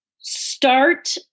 start